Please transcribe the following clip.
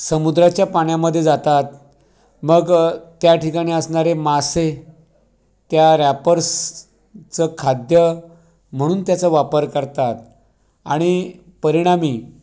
समुद्राच्या पाण्यामध्ये जातात मग त्या ठिकाणी असणारे मासे त्या रॅपर्सचं खाद्य म्हणून त्याचा वापर करतात आणि परिणामी